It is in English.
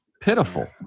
pitiful